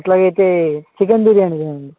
అట్లాగైతే chicken biryani తెండి